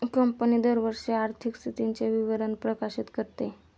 company दरवर्षी आर्थिक स्थितीचे विवरण प्रकाशित करते